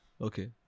Okay